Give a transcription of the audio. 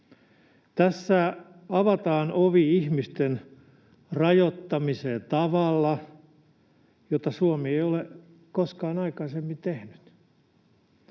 Tässä avataan ovi ihmisten rajoittamiseen tavalla, jota Suomi ei ole koskaan aikaisemmin tehnyt.